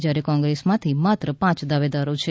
જ્યારે કોંગ્રેસમાંથી માત્ર પાંચ દાવેદારો છે